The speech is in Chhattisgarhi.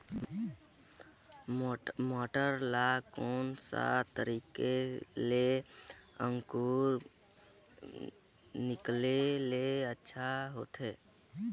मटर ला कोन सा तरीका ले अंकुर निकाले ले अच्छा होथे?